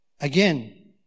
Again